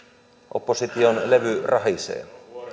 opposition levy rahisee